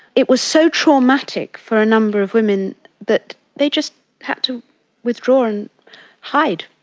it was so traumatic for a number of women that they just had to withdraw and hide.